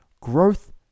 Growth